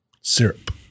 syrup